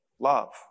Love